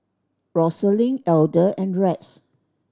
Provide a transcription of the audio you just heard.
Rosalind Elder and Rex